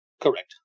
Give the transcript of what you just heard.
Correct